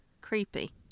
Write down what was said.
Creepy